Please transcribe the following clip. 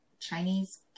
Chinese